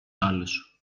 άλλους